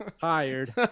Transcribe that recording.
hired